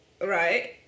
Right